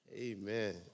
Amen